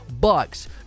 bucks